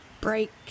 break